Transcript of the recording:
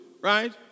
right